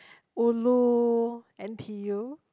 ulu N_T_U